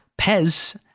Pez